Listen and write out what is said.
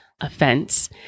offense